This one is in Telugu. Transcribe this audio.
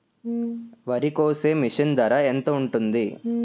వరి కోసే మిషన్ ధర ఎంత ఉంటుంది?